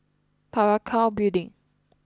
Parakou Building